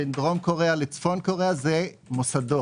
בין דרום קוריאה לצפון קוריאה זה מוסדות.